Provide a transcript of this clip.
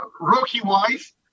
rookie-wise